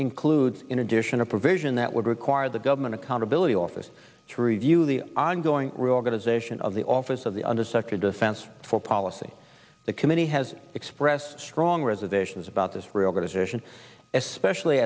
includes in addition a provision that would require the government accountability office to review the ongoing reorganization of the office of the under such a defense for policy the committee has expressed strong reservations about this reorganization especially